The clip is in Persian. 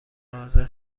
حاضر